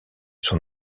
son